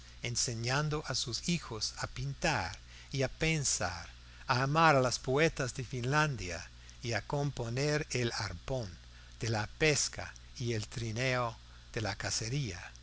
enseñando a sus hijos a pintar y a pensar a amar a los poetas de finlandia y a componer el arpón de la pesca y el trineo de la cacería